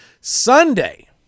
Sunday